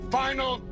final